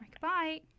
Bye